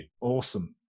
Awesome